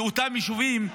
כי אותם יישובים,